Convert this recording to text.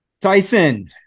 tyson